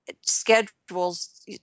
schedules